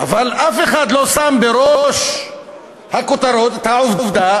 אבל אף אחד לא שם בראש הכותרות את העובדה